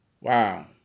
Wow